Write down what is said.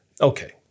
okay